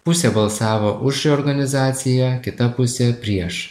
pusė balsavo už reorganizaciją kita pusė prieš